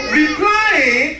replying